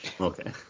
Okay